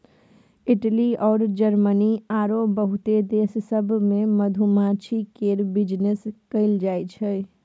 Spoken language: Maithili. इटली अउर जरमनी आरो बहुते देश सब मे मधुमाछी केर बिजनेस कएल जाइ छै